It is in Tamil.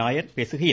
நாயர் பேசுகையில்